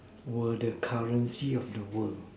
were the currency of the world